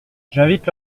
j’invite